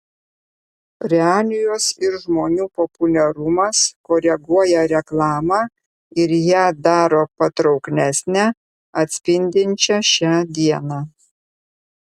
realijos ir žmonių populiarumas koreguoja reklamą ir ją daro patrauklesnę atspindinčią šią dieną